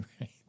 Right